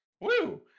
Woo